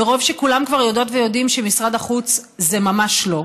מרוב שכולם כבר יודעות ויודעים שמשרד החוץ זה ממש לא.